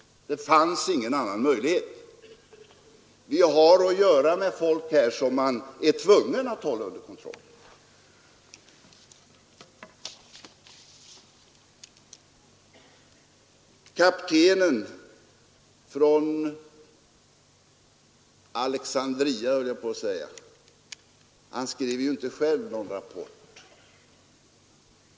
Det fanns ingen annan möjlighet. Vi har i detta sammanhang att göra med folk som man är tvungen att hålla under kontroll. Den kapten som hade varit i Alexandria skrev inte själv någon rapport.